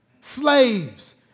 slaves